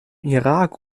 irak